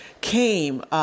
came